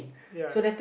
ya